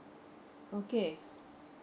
okay